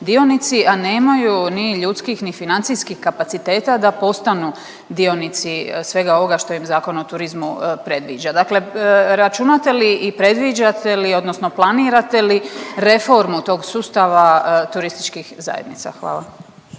a nemaju ni ljudskih, ni financijskih kapaciteta da postanu dionici svega ovoga što im Zakon o turizmu predviđa. Dakle, računate li i predviđate li odnosno planirate li reformu tog sustava TZ-a? Hvala.